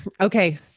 okay